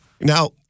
Now